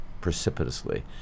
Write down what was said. precipitously